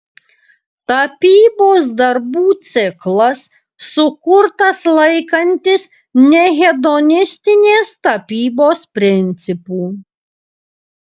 tapybos darbų ciklas sukurtas laikantis nehedonistinės tapybos principų